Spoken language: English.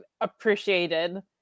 appreciated